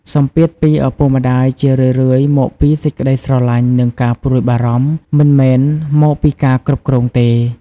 សម្ពាធពីឪពុកម្ដាយ ជារឿយៗមកពីសេចក្ដីស្រលាញ់ និងការព្រួយបារម្ភ មិនមែនមកពីការគ្រប់គ្រងទេ។